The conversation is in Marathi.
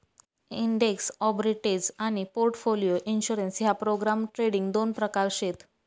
इंडेक्स आर्बिट्रेज आनी पोर्टफोलिओ इंश्योरेंस ह्या प्रोग्राम ट्रेडिंग दोन प्रकार शेत